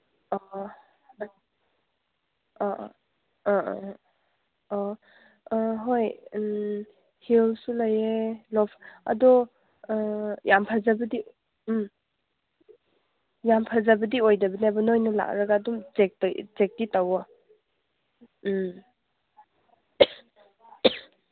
ꯑ ꯑ ꯑ ꯑ ꯑ ꯑ ꯑ ꯑ ꯑ ꯍꯣꯏ ꯍꯤꯜꯁꯁꯨ ꯂꯩꯌꯦ ꯑꯗꯣ ꯌꯥꯝ ꯐꯖꯕꯗꯤ ꯎꯝ ꯌꯥꯝ ꯐꯖꯕꯗꯤ ꯑꯣꯏꯗꯕꯅꯦꯕ ꯅꯣꯏꯅ ꯂꯥꯛꯂꯒ ꯑꯗꯨꯝ ꯆꯦꯛꯇꯤ ꯇꯧꯑꯣ ꯎꯝ